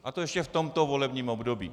A to ještě v tomto volebním období.